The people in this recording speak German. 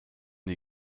die